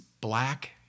black